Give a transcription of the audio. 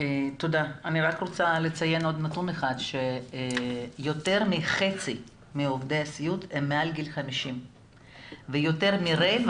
אני רוצה לציין שיותר מחצי מעובדי הסיעוד הם מעל גיל 50 ויותר מרבע